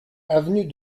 avenue